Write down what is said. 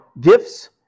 gifts